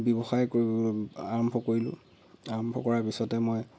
ব্যৱসায় কৰিবলৈ আৰম্ভ কৰিলোঁ আৰম্ভ কৰাৰ পিছতে মই